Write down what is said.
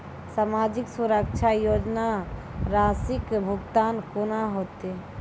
समाजिक सुरक्षा योजना राशिक भुगतान कूना हेतै?